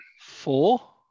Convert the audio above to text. Four